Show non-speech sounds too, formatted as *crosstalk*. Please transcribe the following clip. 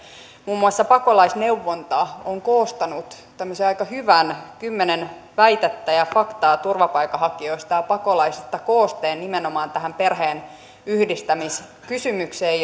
muun muassa pakolaisneuvonta on koostanut tämmöisen aika hyvän kymmenen väitettä ja faktaa turvapaikanhakijoista ja pakolaisista koosteen nimenomaan tähän perheenyhdistämiskysymykseen *unintelligible*